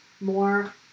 more